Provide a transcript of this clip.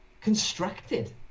constructed